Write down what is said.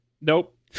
nope